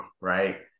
right